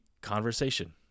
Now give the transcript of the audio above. conversation